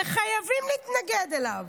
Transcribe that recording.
חייבים להתנגד אליו,